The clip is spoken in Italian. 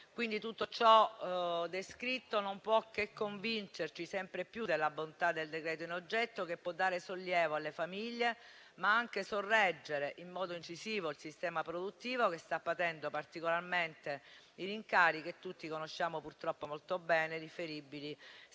quanto descritto non può che convincerci sempre più della bontà del decreto in oggetto, che può dare sollievo alle famiglie, ma anche sorreggere in modo incisivo il sistema produttivo, che sta patendo particolarmente i rincari, che tutti conosciamo purtroppo molto bene, riferibili sia alle